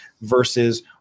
versus